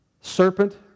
serpent